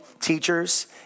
teachers